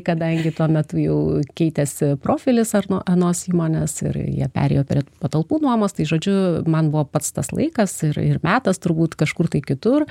kadangi tuo metu jau keitęsi profilis ar nuo anos įmonės ir jie perėjo prie patalpų nuomos tai žodžiu man buvo pats tas laikas ir ir metas turbūt kažkur tai kitur